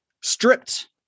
Stripped